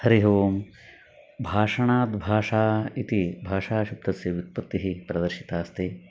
हरिः ओं भाषणाद् भाषा इति भाषा सूक्तस्य व्युत्पत्तिः प्रदर्शिता अस्ति